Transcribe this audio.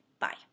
Bye